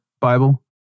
Bible